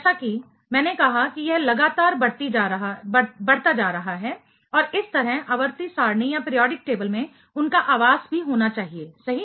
जैसा कि मैंने कहा कि यह लगातार बढ़ती जा रहा है और इस तरह आवर्ती सारणी पीरियाडिक टेबल में उनका आवास भी होना चाहिए सही